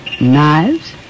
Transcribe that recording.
knives